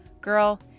Girl